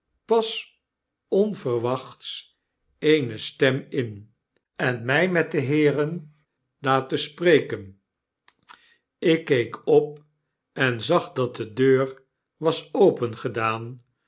pas onverwachts eene stem in b en mij met de heeren laten spreken ik keek op en zag dat de deur was